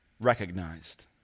recognized